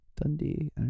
Dundee